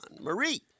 Marie